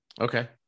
Okay